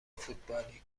فوتبالی